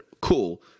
Cool